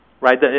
right